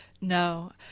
No